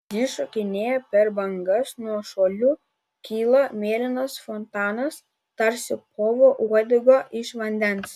ji šokinėja per bangas nuo šuolių kyla mėlynas fontanas tarsi povo uodega iš vandens